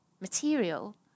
material